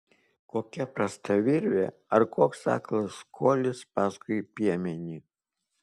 kokia prasta virvė ar koks aklas kolis paskui piemenį